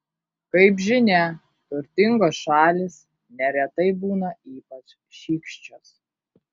kaip žinia turtingos šalys neretai būna ypač šykščios